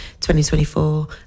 2024